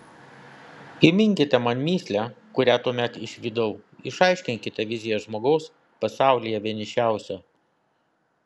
įminkite man mįslę kurią tuomet išvydau išaiškinkite viziją žmogaus pasaulyje vienišiausio